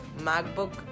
MacBook